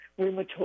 rheumatoid